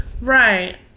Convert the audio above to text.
Right